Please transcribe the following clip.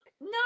no